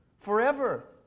forever